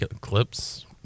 clips